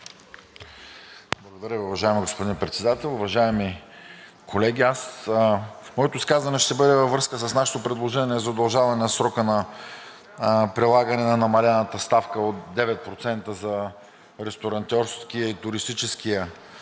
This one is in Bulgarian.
Благодаря, уважаеми господин Председател. Уважаеми колеги! Моето изказване ще бъде във връзка с нашето предложение за удължаване на срока на прилагане на намалената ставка от 9% за ресторантьорския и туристическия